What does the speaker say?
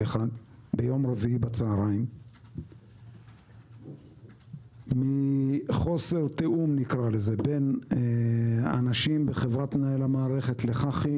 1. מחוסר תיאום בין האנשים בחברת מנהל המערכת לחברת חשמל,